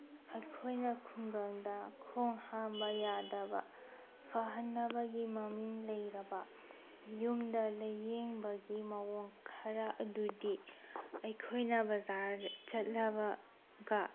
ꯑꯩꯈꯣꯏꯅ ꯈꯨꯡꯒꯪꯗ ꯈꯣꯡ ꯍꯥꯝꯕ ꯌꯥꯗꯕ ꯐꯍꯟꯅꯕꯒꯤ ꯃꯃꯤꯡ ꯂꯩꯔꯕ ꯌꯨꯝꯗ ꯂꯥꯏꯌꯦꯡꯕꯒꯤ ꯃꯑꯣꯡ ꯈꯔ ꯑꯗꯨꯗꯤ ꯑꯩꯈꯣꯏꯅ ꯕꯖꯥꯔꯗ ꯆꯠꯂꯕꯒ